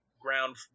ground